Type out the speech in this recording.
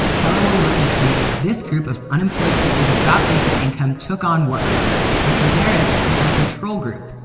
kela will look and see if this group of unemployed people who got basic income took on work and compare it with their control group,